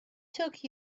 took